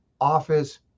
office